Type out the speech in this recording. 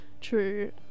true